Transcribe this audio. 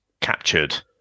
captured